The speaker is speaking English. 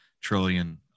trillion